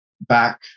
back